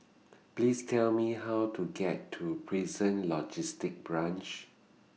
Please Tell Me How to get to Prison Logistic Branch